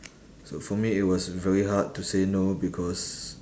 so for me it was very hard to say no because